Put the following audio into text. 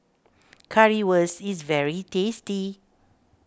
Currywurst is very tasty